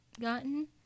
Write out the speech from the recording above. gotten